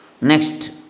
Next